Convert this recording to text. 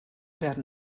werden